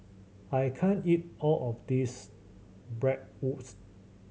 I can't eat all of this Bratwurst